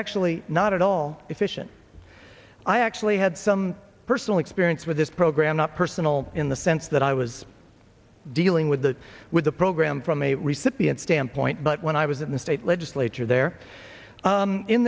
actually not at all efficient i actually had some personal experience with this program not personal in the sense that i was dealing with the with the program from a recipient standpoint but when i was in the state legislature there